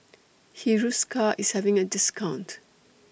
Hiruscar IS having A discount